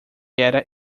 era